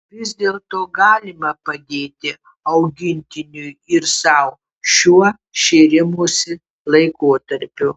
vis dėlto galima padėti augintiniui ir sau šiuo šėrimosi laikotarpiu